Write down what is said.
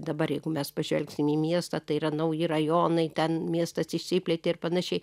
dabar jeigu mes pažvelgsim į miestą tai yra nauji rajonai ten miestas išsiplėtė ir panašiai